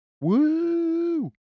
Woo